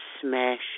smash